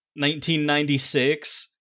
1996